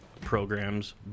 programs